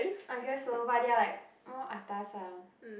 I guess so but they are like more atas ah